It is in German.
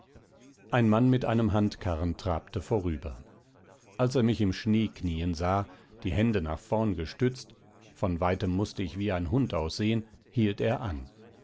ein mann mit einem handkarren trabte vorüber als er mich im schnee knien sah die hände nach vorn gestützt von weitem mußte ich wie ein hund aussehen hielt er an